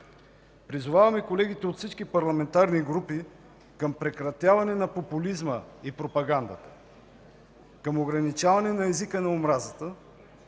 Призоваваме колегите от всички парламентарни групи към прекратяване на популизма и пропагандата, към ограничаване на езика на омразата,